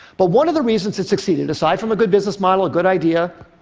but one of the reasons it succeeded, aside from a good business model, a good idea,